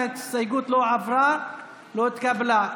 ההסתייגות לא עברה ולא התקבלה.